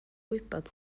gwybod